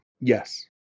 Yes